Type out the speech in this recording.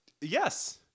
Yes